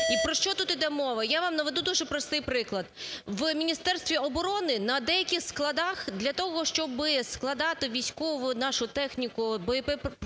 І про що тут йде мова. Я вам наведу дуже простий приклад. В Міністерстві оборони на деяких складах для того, щоб складати військову, нашу техніку, боєприпаси,